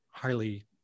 highly